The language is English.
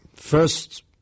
First